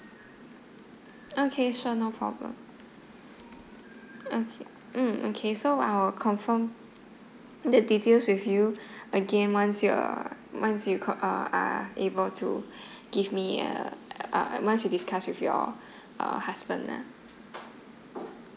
okay sure no problem okay mm okay so I will confirm the details with you again once you are once you call uh are able to give me uh uh once you discuss with your uh husband lah